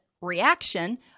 reaction